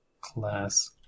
class